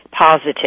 positive